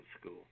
school